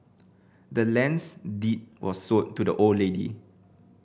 the land's deed was sold to the old lady